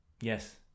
yes